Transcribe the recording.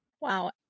Wow